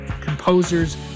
composers